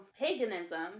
paganism